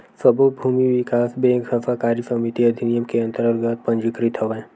सब्बो भूमि बिकास बेंक ह सहकारी समिति अधिनियम के अंतरगत पंजीकृत हवय